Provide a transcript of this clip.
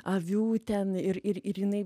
avių ten ir ir ir jinai